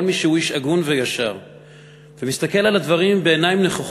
כל מי שהוא איש הגון וישר ומסתכל על הדברים נכוחה,